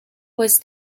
was